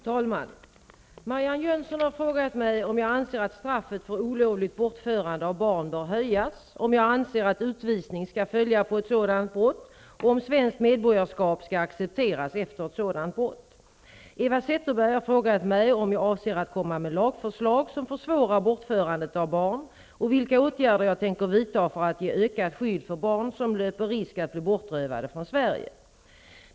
Fru talman! Marianne Jönsson har frågat mig om jag anser att straffet för olovligt bortförande av barn bör höjas, om jag anser att utvisning skall följa på ett sådant brott och om svenskt medborgarskap skall accepteras efter ett sådant brott. Eva Zetterberg har frågat mig om jag avser att komma med lagförslag som försvårar bortförandet av barn och vilka åtgärder jag tänker vidta för att ge ökat skydd för barn som löper risk att bli bortrövade från Sverige.